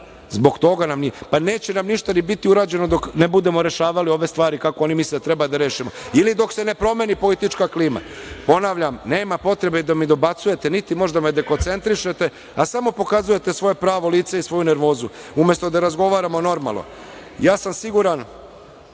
Pa neće nam ništa ni biti urađeno dok ne budemo rešavali ove stvari, kako oni misle da treba da rešimo, ili dok se ne promeni politička klima. Ponavljam, nema potrebe da mi dobacujete, niti možete da me dekoncentrišete, a samo pokazujete svoje pravo lice i svoju nervozu, umesto da razgovaramo normalno. Ja sam siguran